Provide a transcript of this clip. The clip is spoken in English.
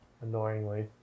annoyingly